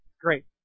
great